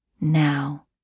Now